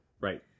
Right